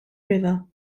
river